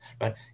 Right